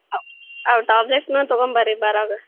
ಅವು ಅವು ಟಾಬ್ಲೆಟ್ಸನ್ನೂ ತಗೊಂಬನ್ರಿ ಬರ್ವಾಗ